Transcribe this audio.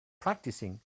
practicing